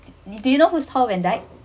do you know who's paul van dyke